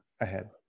ahead